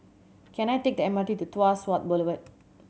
can I take the M R T to Tuas South Boulevard